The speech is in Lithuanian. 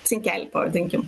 cinkelį pavadinkim